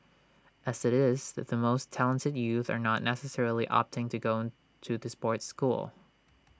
as IT is the most talented youth are not necessarily opting to go to the sports school